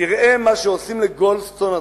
"תראה מה שעושים לגולדסטון עצמו,